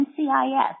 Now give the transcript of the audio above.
NCIS